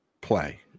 play